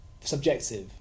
subjective